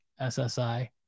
ssi